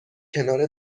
کنار